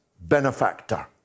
benefactor